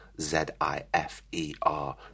Z-I-F-E-R